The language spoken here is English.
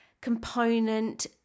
component